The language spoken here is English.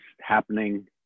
happening